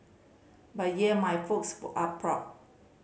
but yeah my folks are proud